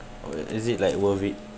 or is it like worth it